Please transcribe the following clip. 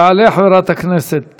תעלה חברת הכנסת